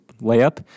layup